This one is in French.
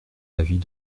l’avis